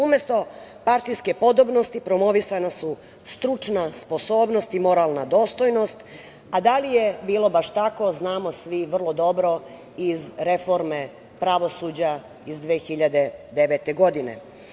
Umesto partijske podobnosti promovisana su stručna sposobnost i moralna dostojnost, a da li je bilo baš tako znamo svi vrlo dobro iz reforme pravosuđa iz 2009. godine.